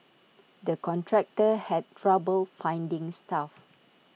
the contractor had trouble finding staff